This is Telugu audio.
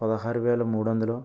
పదహారు వేల మూడు వందలు